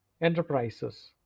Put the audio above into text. enterprises